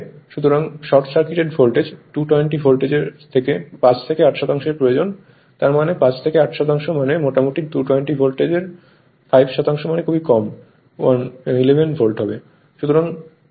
সুতরাং short circuit voltage 220 ভোল্টের 5 থেকে 8 শতাংশ প্রয়োজন তার মানে 5 থেকে 8 শতাংশ মানে মোটামুটি 220 ভোল্টের 5 শতাংশ মানে খুব কমই 11 ভোল্ট